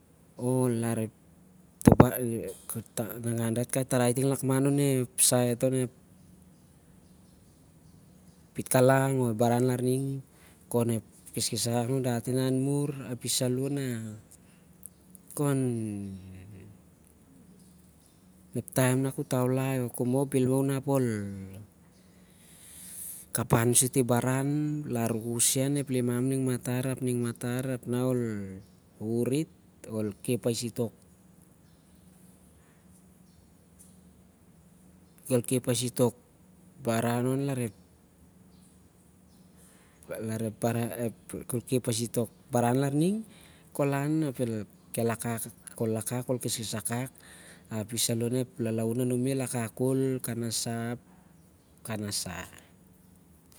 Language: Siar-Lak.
O larep saet onep pitkalang o-ep baran khon larning khon ep kheskes akak anun dati na an mur- api saloh na khon ep taem na ku- taulai. o'- ol moh, bhel ma saloh u nap ol- kapan sur ti- baran lar- u- sen- ep limam aning matar, aning matar. ap u sen- ol khep ais pas thok baran ap ep lalaun anum el wakak khol, kanasa, ap kanasa.